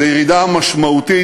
זו ירידה משמעותית,